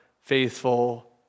faithful